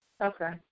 Okay